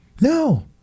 No